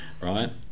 right